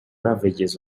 ravages